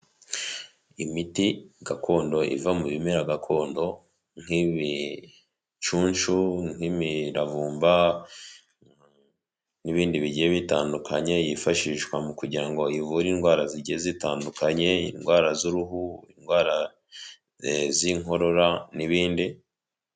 Imiti gakondo iva mu bimera gakondo nk'ibicunshu nk'imiravumba n'ibindi bigiye bitandukanye yifashishwa mu kugira ngo ivure indwara zijyiye zitandukanye indwara z'uruhu indwara z'inkorora n'ibindi.